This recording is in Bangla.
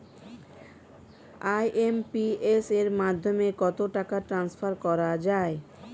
আই.এম.পি.এস এর মাধ্যমে কত টাকা ট্রান্সফার করা যায়?